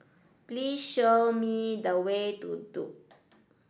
please show me the way to Duke